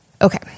Okay